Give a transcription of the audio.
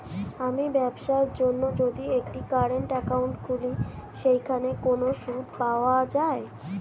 আমি ব্যবসার জন্য যদি একটি কারেন্ট একাউন্ট খুলি সেখানে কোনো সুদ পাওয়া যায়?